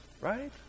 right